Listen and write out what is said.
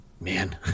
Man